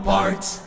Parts